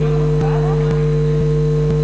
היא לא מונתה פורמלית לנהל